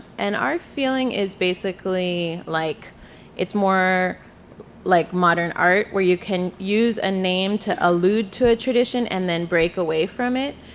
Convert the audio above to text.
and our feeling is basically like it's more like modern art where you can use a name to allude to a tradition and then break away from it.